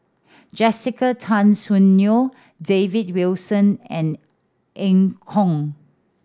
Jessica Tan Soon Neo David Wilson and Eu Kong